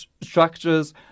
structures